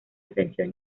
ascensión